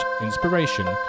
inspiration